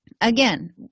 Again